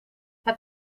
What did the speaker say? het